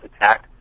attack